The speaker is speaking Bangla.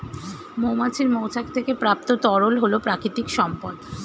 মৌমাছির মৌচাক থেকে প্রাপ্ত তরল হল প্রাকৃতিক সম্পদ